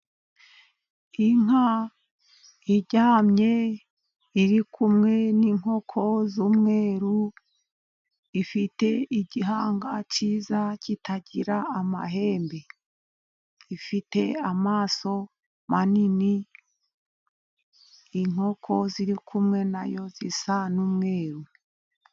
Inka iryamye, iri kumwe n'inkoko z'umweru, ifite igihanga cyiza kitagira amahembe, ifite amaso manini, inkoko ziri kumwe na yo zisa n'umweru.